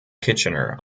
kitchener